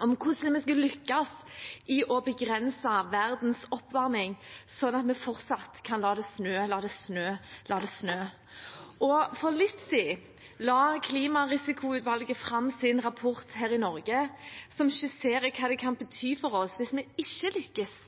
om hvordan vi skal lykkes i å begrense verdens oppvarming, slik at vi fortsatt kan la det snø, la det snø, la det snø. For litt siden la Klimarisikoutvalget fram sin rapport her i Norge, som skisserer hva det kan bety for oss hvis vi ikke lykkes.